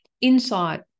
insight